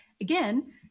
again